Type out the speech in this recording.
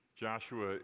Joshua